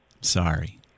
Sorry